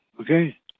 okay